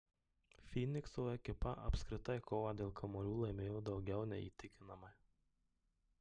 fynikso ekipa apskritai kovą dėl kamuolių laimėjo daugiau nei įtikinamai